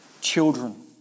children